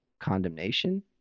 condemnation